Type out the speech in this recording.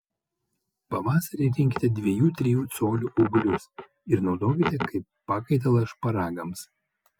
pavasarį rinkite dviejų trijų colių ūglius ir naudokite kaip pakaitalą šparagams